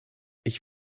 ich